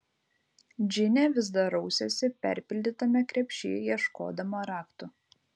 džinė vis dar rausėsi perpildytame krepšy ieškodama raktų